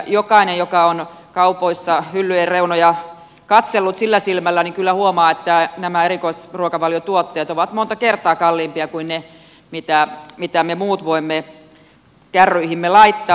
jokainen joka on kaupoissa hyllyjen reunoja katsellut sillä silmällä kyllä huomaa että nämä erikoisruokavaliotuotteet ovat monta kertaa kalliimpia kuin ne mitä me muut voimme kärryihimme laittaa